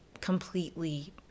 completely